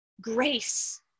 grace